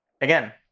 again